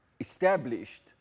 established